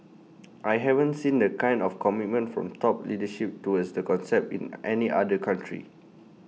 I haven't seen the kind of commitment from top leadership towards the concept in any other country